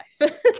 life